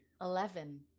Eleven